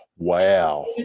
Wow